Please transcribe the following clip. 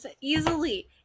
Easily